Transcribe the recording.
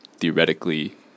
Theoretically